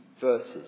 verses